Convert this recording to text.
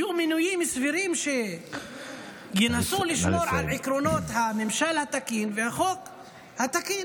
יהיו מינויים סבירים שינסו לשמור על עקרונות הממשל התקין והחוק התקין.